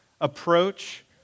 approach